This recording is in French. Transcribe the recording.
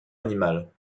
animale